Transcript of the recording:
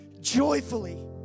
joyfully